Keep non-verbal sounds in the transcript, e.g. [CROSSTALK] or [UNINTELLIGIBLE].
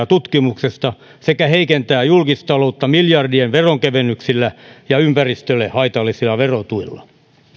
[UNINTELLIGIBLE] tutkimuksesta sekä heikentää julkistaloutta miljardien veronkevennyksillä ja ympäristölle haitallisilla verotuilla